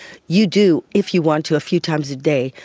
you do, if you want to, a few times a day,